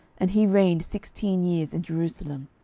and he reigned sixteen years in jerusalem.